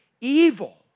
evil